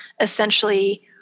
essentially